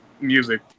music